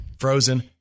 Frozen